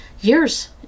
years